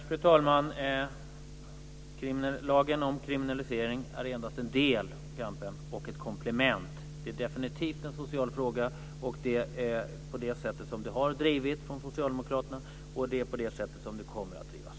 Fru talman! Lagen om kriminalisering är endast en del i kampen och ett komplement. Det är definitivt en social fråga, och det är på det sättet som den har drivits från socialdemokraterna, och det är på det sättet som den kommer att drivas.